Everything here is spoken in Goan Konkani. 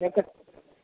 तेकात